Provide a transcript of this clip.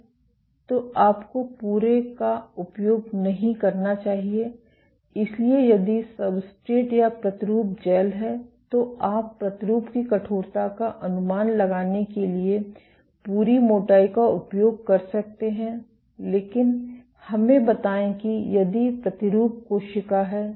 तो आपको पूरे का उपयोग नहीं करना चाहिए इसलिए यदि सब्सट्रेट या प्रतिरूप जैल है तो आप प्रतिरूप की कठोरता का अनुमान लगाने के लिए पूरी मोटाई का उपयोग कर सकते हैं लेकिन हमें बताएं कि यदि प्रतिरूप कोशिका है